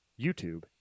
YouTube